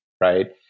right